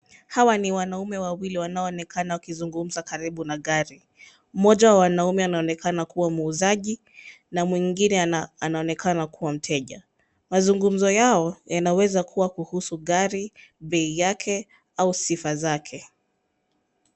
Hawa ni wanaume wawili wanaonekana wakizungumza karibu na gari. Mmoja wa wanaume anaonekana kuwa muuzaji, na mwingine anaonekana kuwa mteja. Mazungumzo yao yanaweza kuwa kuhusu gari, bei yake au sifa zake.